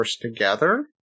together